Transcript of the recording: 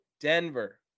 Denver